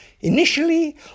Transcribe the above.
Initially